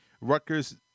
Rutgers